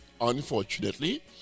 unfortunately